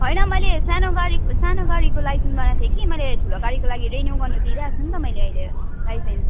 होइन मैले सानो गाडीको सानो गाडीको लाइसेन्स बनाएको थिएँ कि मैले ठुलो गाडीको लागि रिन्यु गर्नु दिइरहेको छु नि त मैले अहिले लाइसेन्स